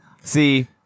See